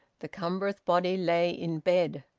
the cumbrous body lay in bed.